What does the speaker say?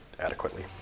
adequately